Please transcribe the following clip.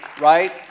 right